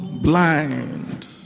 Blind